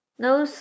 No